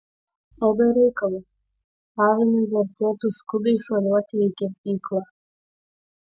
o be reikalo avinui vertėtų skubiai šuoliuoti į kirpyklą